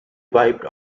wiped